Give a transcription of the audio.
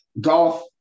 golf